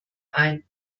ein